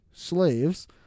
slaves